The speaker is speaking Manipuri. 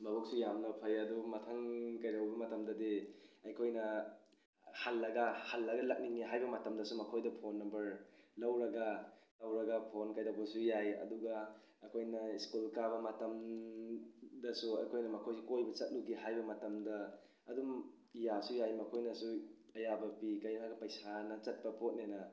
ꯃꯕꯨꯛꯁꯨ ꯌꯥꯝꯅ ꯐꯩ ꯑꯗꯨꯒ ꯃꯊꯪ ꯀꯩꯗꯧꯕ ꯃꯇꯝꯗꯗꯤ ꯑꯩꯈꯣꯏꯅ ꯍꯜꯂꯒ ꯍꯜꯂꯒ ꯂꯥꯛꯅꯤꯡꯑꯦ ꯍꯥꯏꯕ ꯃꯇꯝꯗꯁꯨ ꯃꯈꯣꯏꯗ ꯐꯣꯟ ꯅꯝꯕꯔ ꯂꯧꯔꯒ ꯂꯧꯔꯒ ꯐꯣꯟ ꯀꯩꯗꯧꯕꯁꯨ ꯌꯥꯏ ꯑꯗꯨꯒ ꯑꯩꯈꯣꯏꯅ ꯁ꯭ꯀꯨꯜ ꯀꯥꯕ ꯃꯇꯝꯗꯁꯨ ꯑꯩꯈꯣꯏꯅ ꯃꯈꯣꯏꯁꯦ ꯀꯣꯏꯕ ꯆꯠꯂꯨꯒꯦ ꯍꯥꯏꯕ ꯃꯇꯝꯗ ꯑꯗꯨꯝ ꯌꯥꯁꯨ ꯌꯥꯏ ꯃꯈꯣꯏꯅꯁꯨ ꯑꯌꯥꯕ ꯄꯤ ꯀꯔꯤꯒꯤꯅꯣ ꯍꯥꯏꯔ ꯄꯩꯁꯥꯅ ꯆꯠꯄ ꯄꯣꯠꯅꯤꯅ